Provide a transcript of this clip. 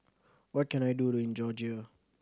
what can I do in Georgia